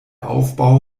aufbau